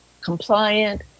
compliant